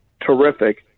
terrific